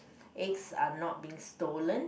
eggs are not being stolen